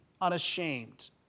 unashamed